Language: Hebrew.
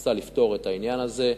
שמנסה לפתור את העניין הזה,